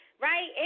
right